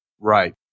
Right